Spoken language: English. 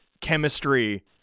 chemistry